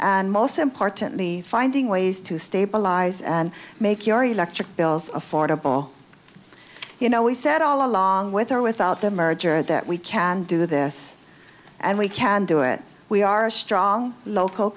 and most importantly finding ways to stabilize and make your electric bills affordable you know we said all along with or without the merger that we can do this and we can do it we are strong local